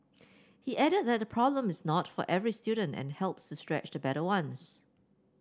he added that problem is not for every student and helps to stretch the better ones